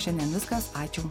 o šiandien viskas ačiū